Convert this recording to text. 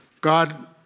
God